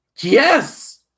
yes